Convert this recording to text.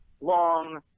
long